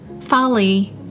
Folly